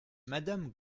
madame